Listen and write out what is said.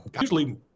usually